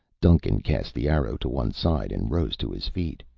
duncan cast the arrow to one side and rose to his feet.